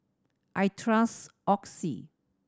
I trust Oxy